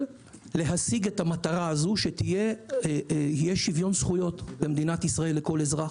בשביל להשיג את המטרה הזו שיהיה שוויון זכויות במדינת ישראל לכל אזרח,